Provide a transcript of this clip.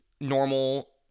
normal